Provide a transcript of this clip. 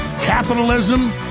capitalism